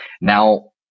Now